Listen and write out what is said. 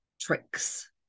tricks